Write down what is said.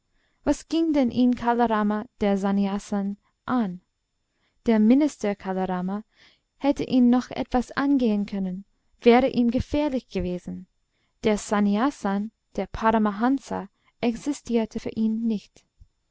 was ging denn ihn kala rama der sannyasin an der minister kala rama hätte ihn noch etwas angehen können wäre ihm gefährlich gewesen der sannyasin der paramahansa existierte für ihn nicht